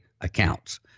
accounts